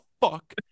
fuck